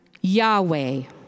Yahweh